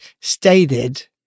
stated